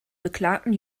beklagten